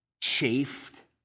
chafed